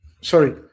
sorry